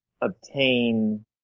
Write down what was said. obtain